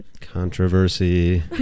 Controversy